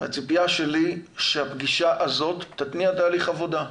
הציפייה שלי שהפגישה הזאת תתניע תהליך עבודה.